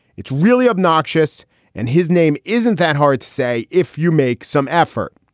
it's really obnoxious and his name isn't that hard to say if you make some effort.